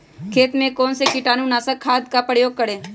खेत में कौन से कीटाणु नाशक खाद का प्रयोग करें?